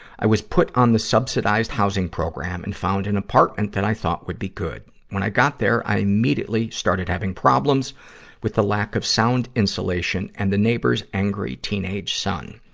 i was put on a subsidized housing program and found an apartment that i thought would be good. when i got there, i immediately started having problems with the lack of sound insulation and the neighbors angry teenage son.